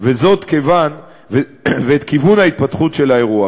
ואת כיוון ההתפתחות של האירוע.